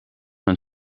een